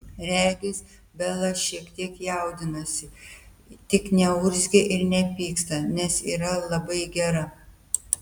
regis bela šiek tiek jaudinasi tik neurzgia ir nepyksta nes yra labai gera